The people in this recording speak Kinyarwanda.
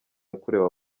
yakorewe